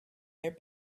their